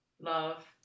love